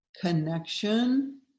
connection